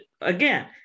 again